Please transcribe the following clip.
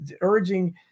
urging